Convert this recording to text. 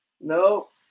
Nope